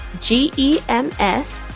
G-E-M-S